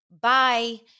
Bye